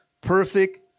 perfect